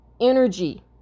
energy